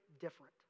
different